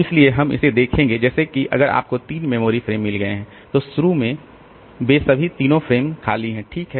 इसलिए हम इसे देखेंगे जैसे कि अगर आपको 3 मेमोरी फ्रेम मिल गए हैं तो शुरू में वे सभी तीनों फ्रेम खाली हैं ठीक है